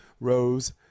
Rose